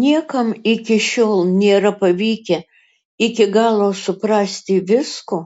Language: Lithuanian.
niekam iki šiol nėra pavykę iki galo suprasti visko